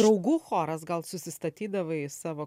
draugų choras gal susistatydavai savo